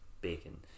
bacon